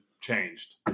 changed